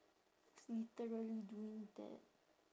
s~ literally doing that